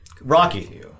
Rocky